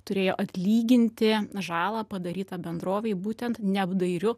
turėjo atlyginti žalą padarytą bendrovei būtent neapdairiu